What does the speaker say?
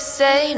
say